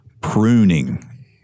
pruning